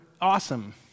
awesome